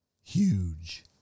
Huge